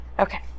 Okay